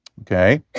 okay